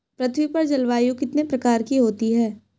पृथ्वी पर जलवायु कितने प्रकार की होती है?